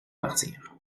partir